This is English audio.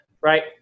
Right